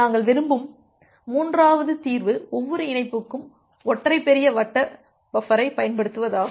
நாங்கள் விரும்பும் மூன்றாவது தீர்வு ஒவ்வொரு இணைப்புக்கும் ஒற்றை பெரிய வட்ட பஃபரைப் பயன்படுத்துவதாகும்